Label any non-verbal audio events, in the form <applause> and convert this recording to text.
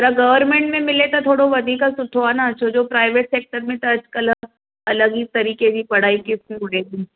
पर गवर्नमैंट में मिले त थोरो वधीक सुठो आहे न छोजो प्राइवेट सैक्टर में त अॼुकल्ह अलॻि ही तरीक़े जी पढ़ाई <unintelligible>